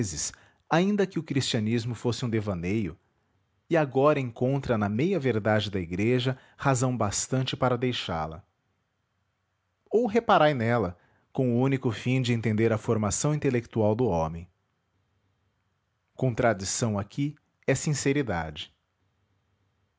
ainda que o cristianismo fosse um devaneio e agora encontra na meia verdade da igreja razão bastante para deixá-la ou reparai nela com o único fim de entender a formação intelectual do homem contradição aqui é sinceridade